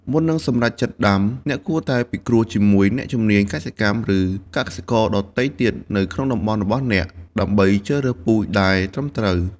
មុននឹងសម្រេចចិត្តដាំ អ្នកគួរតែពិគ្រោះជាមួយអ្នកជំនាញកសិកម្ម ឬកសិករដទៃទៀតនៅក្នុងតំបន់របស់អ្នក ដើម្បីជ្រើសរើសពូជដែលត្រឹមត្រូវ។